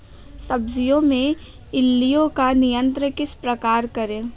सब्जियों में इल्लियो का नियंत्रण किस प्रकार करें?